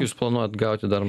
jūs planuojat gauti dar